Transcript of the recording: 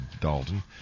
Dalton